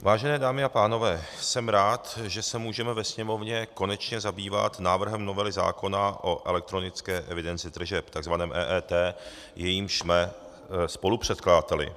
Vážené dámy a pánové, jsem rád, že se můžeme ve Sněmovně konečně zabývat návrhem novely zákona o elektronické evidenci tržeb, takzvaném EET, jejímž jsme spolupředkladateli.